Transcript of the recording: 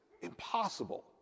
impossible